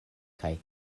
kaj